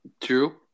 True